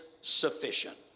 sufficient